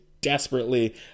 desperately